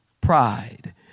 Pride